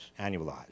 annualized